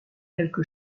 quelque